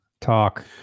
talk